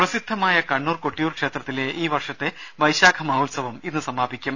പ്രസിദ്ധമായ കണ്ണൂർ കൊട്ടിയൂർ ക്ഷേത്രത്തിലെ ഈ വർഷത്തെ വൈശാഖ മഹോത്സവം ഇന്ന് സമാപിക്കും